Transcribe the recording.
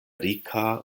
rika